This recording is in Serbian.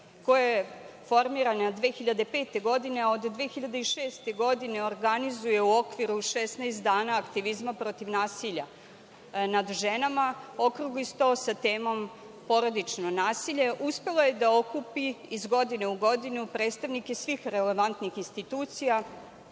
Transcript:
koja je formirana 2005. godine, a od 2006. godine organizuje u okviru 16 dana aktivizma protiv nasilja nad ženama, okrugli sto sa temom „Porodično nasilje“, uspela je da okupi iz godine u godinu predstavnike svih relevantnih institucija,